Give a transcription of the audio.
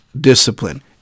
discipline